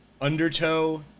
undertow